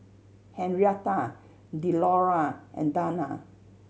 Henrietta Delora and Dana